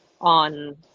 on